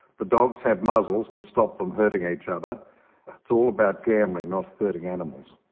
the dogs have muzzles to stop them hurting each other. it's all about gambling, not hurting animals.